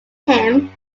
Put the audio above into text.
him